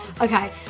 Okay